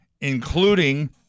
including